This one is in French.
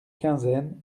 quinzaine